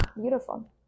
beautiful